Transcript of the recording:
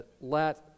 let